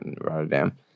Rotterdam